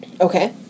Okay